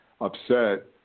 upset